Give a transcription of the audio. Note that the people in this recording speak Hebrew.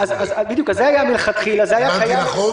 אמרתי נכון?